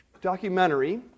documentary